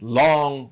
long